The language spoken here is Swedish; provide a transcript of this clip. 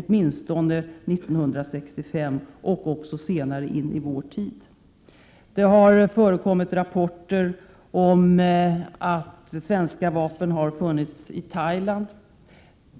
åtminstone 1965 och även senare. Det har förekommit rapporter om att svenska vapen har funnits i Thailand.